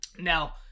Now